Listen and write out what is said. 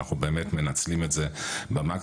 אנחנו באמת מנצלים את זה במקסימום,